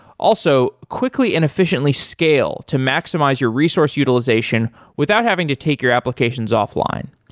also, quickly and efficiently scale to maximize your resource utilization without having to take your applications offline.